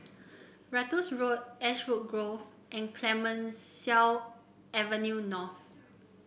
Ratus Road Ashwood Grove and Clemenceau Avenue North